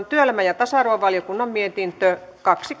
työelämä ja tasa arvovaliokunnan mietintö kaksi